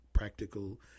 Practical